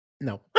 No